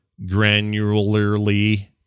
granularly